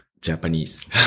Japanese